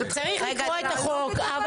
צריך להקריא את החוק.